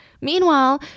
Meanwhile